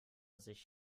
sich